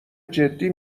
جدی